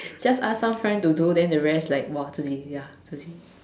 just ask some friend to do then the rest like !wah! 自制 ya 自制